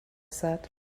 said